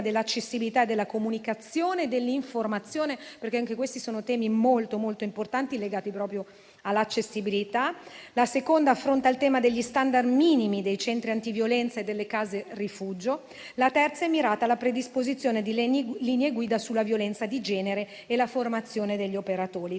sui temi della comunicazione e dell'informazione, perché anche questi sono temi molto importanti, legati proprio all'accessibilità; la seconda affronta il tema degli *standard* minimi dei centri antiviolenza e delle case rifugio; la terza è mirata alla predisposizione di linee guida sulla violenza di genere e alla formazione degli operatori.